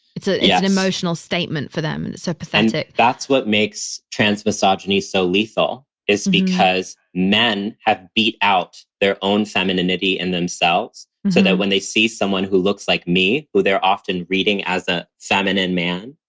it's ah it's an emotional statement for them and so pathetic that's what makes trans misogyny so lethal, is because men have beat out their own femininity in themselves so that when they see someone who looks like me, who they're often reading as a feminine man,